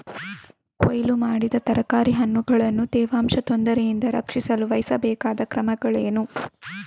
ಕೊಯ್ಲು ಮಾಡಿದ ತರಕಾರಿ ಹಣ್ಣುಗಳನ್ನು ತೇವಾಂಶದ ತೊಂದರೆಯಿಂದ ರಕ್ಷಿಸಲು ವಹಿಸಬೇಕಾದ ಕ್ರಮಗಳೇನು?